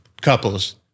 couples